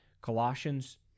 Colossians